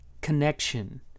connection